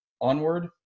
onward